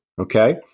okay